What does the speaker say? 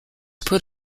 put